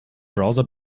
browser